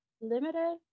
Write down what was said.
limited